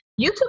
YouTube